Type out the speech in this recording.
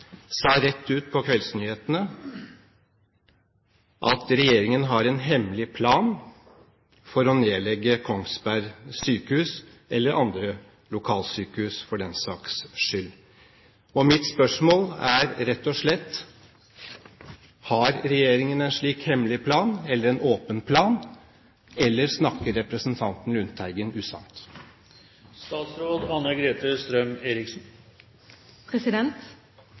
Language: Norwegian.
sa rett ut på kveldsnyhetene at regjeringen har en hemmelig plan for å nedlegge Kongsberg sykehus, eller andre lokalsykehus for den saks skyld. Mitt spørsmål er rett og slett: Har regjeringen en slik hemmelig plan – eller en åpen plan – eller snakker representanten Lundteigen